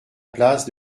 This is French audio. place